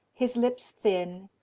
his lips thin,